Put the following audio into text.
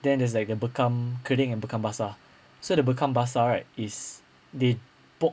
then there's like the bekam kering dan bekam basah so the bekam basih right it's they poke